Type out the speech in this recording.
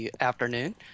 afternoon